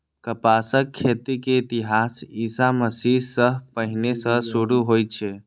कपासक खेती के इतिहास ईशा मसीह सं पहिने सं शुरू होइ छै